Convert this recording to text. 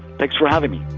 thanks for having me